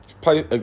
play